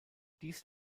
dies